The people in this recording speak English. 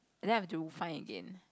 and then I have to find again